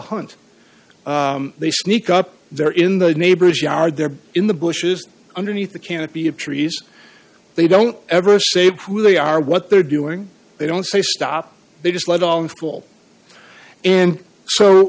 hunt they sneak up there in the neighbor's yard there in the bushes underneath the canopy of trees they don't ever say who they are what they're doing they don't say stop they just let them fall and so